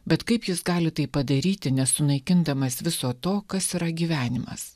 bet kaip jis gali tai padaryti nesunaikindamas viso to kas yra gyvenimas